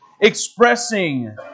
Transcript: expressing